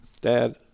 Dad